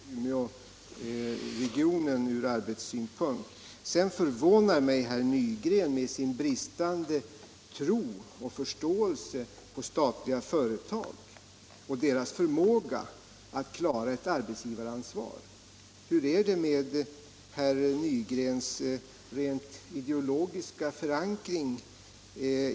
Herr talman! Holmsund kan i detta sammanhang och från arbetssynpunkt räknas till Umeåregionen. Sedan förvånar mig herr Nygren med sin bristande tro på Statsföretags förmåga att ta arbetsgivaransvar. Hur är det med herr Nygrens rent ideologiska förankring?